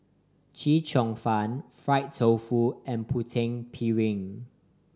Chee Cheong Fun fried tofu and Putu Piring